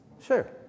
Sure